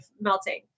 melting